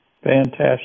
Fantastic